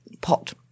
pot